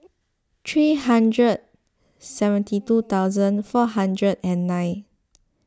three hundred seventy two thousand four hundred and nine